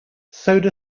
soda